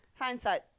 hindsight